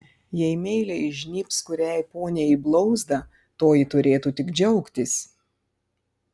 jei meiliai įžnybs kuriai poniai į blauzdą toji turėtų tik džiaugtis